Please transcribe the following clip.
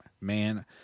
man